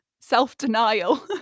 self-denial